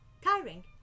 tiring